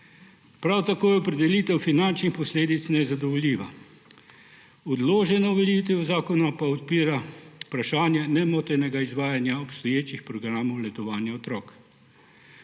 Prav tako je opredelitev finančnih posledic nezadovoljiva, odložena uveljavitev zakona pa odpira vprašanja nemotenega izvajanja obstoječih programov letovanja otrok.